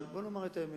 אבל בוא נאמר את האמת,